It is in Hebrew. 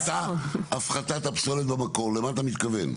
הפחתת הפסולת במקור, למה אתה מתכוון,